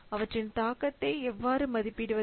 அவற்றின் தாக்கத்தை எவ்வாறு மதிப்பிடுவது